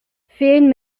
fehlen